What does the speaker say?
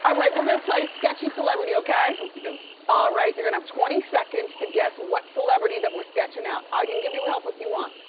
right, we're gonna play sketchy celebrity, okay? okie dokes. all right. you're gonna have twenty seconds to guess what celebrity that we're sketching out. i can give you help if you want.